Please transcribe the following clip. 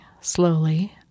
slowly